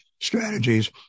strategies